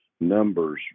numbers